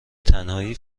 تنهایی